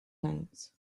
times